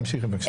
תמשיכי בבקשה.